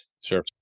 Sure